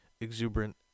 exuberant